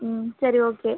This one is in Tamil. ம் சரி ஓகே